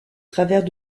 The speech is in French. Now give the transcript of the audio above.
travers